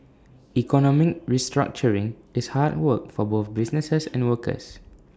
economic restructuring is hard work for both businesses and workers